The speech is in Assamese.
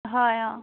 হয় অঁ